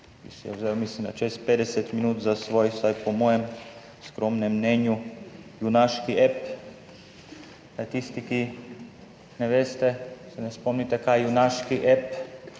si je vzel, mislim, čez 50 minut za svoj, vsaj po mojem skromnem mnenju, junaški ep. Tisti, ki ne veste, se ne spomnite, kaj je junaški ep,